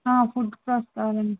food